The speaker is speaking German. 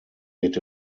wird